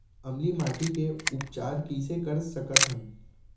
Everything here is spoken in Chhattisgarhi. अम्लीय माटी के उपचार कइसे कर सकत हन?